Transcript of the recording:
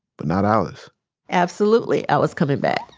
but not alice absolutely. i was coming back.